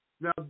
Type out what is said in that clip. Now